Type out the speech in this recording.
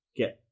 get